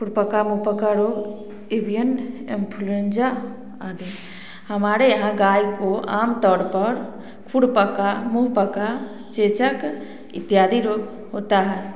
खुरपका मुपकारो avian influenza आदि हमारे यहाँ गाय को आमतौर पर खुरपका मुहपका चेचक इत्यादि रोग होता है